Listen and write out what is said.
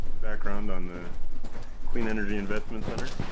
background on the clean energy investment center.